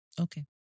Okay